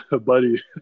buddy